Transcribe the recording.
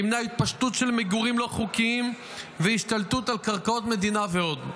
הוא ימנע התפשטות של מגורים לא חוקיים והשתלטות על קרקעות מדינה ועוד.